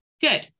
Good